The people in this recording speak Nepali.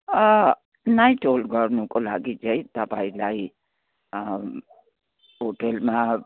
अँ नाइट होल्ड गर्नुको लागि चाहिँ तपाईँलाई होटेलमा